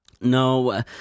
No